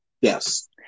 Yes